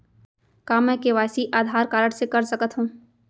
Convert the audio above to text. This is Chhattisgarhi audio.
का मैं के.वाई.सी आधार कारड से कर सकत हो?